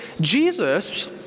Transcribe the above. Jesus